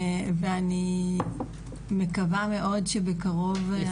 ואני מקווה מאוד שבקרוב...